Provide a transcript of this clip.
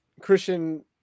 Christian